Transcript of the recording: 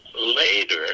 later